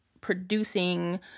producing